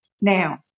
Now